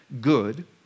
good